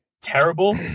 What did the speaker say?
terrible